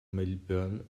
melbourne